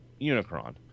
Unicron